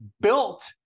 built